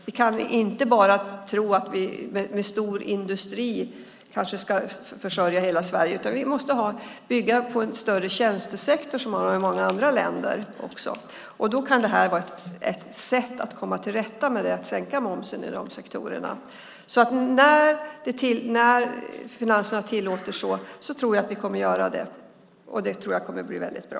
Vi kan inte bara tro att vi med en stor industri ska försörja hela Sverige, utan vi måste ha en större tjänstesektor som man har i många andra länder. Då kan ett sätt att komma till rätta med det vara att sänka momsen i dessa sektorer. När statsfinanserna tillåter tror jag att vi kommer att göra detta, och det tror jag kommer att bli väldigt bra.